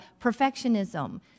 perfectionism